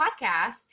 podcast